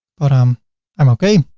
but um i'm okay.